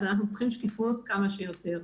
אז אנחנו צריכים שקיפות כמה שיותר.